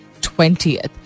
20th